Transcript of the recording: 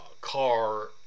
car